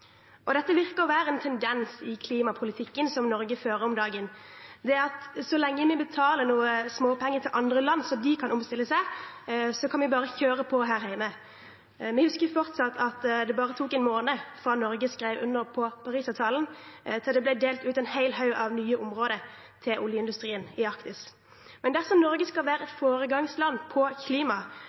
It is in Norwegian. Dette virker å være en tendens i klimapolitikken som Norge fører om dagen, at så lenge vi betaler noen småpenger til andre land sånn at de kan omstille seg, kan vi bare kjøre på her hjemme. Vi husker fortsatt at det bare tok én måned fra Norge skrev under på Parisavtalen til det ble delt ut en hel haug med nye områder i Arktis til oljeindustrien. Dersom Norge skal være et foregangsland på klima,